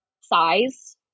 size